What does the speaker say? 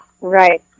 Right